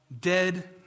dead